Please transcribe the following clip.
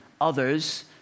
others